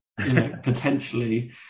potentially